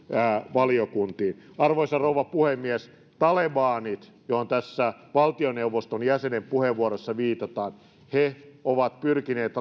valiokuntiin arvoisa rouva puhemies talebanit joihin tässä valtioneuvoston jäsenen puheenvuorossa viitataan ovat pyrkineet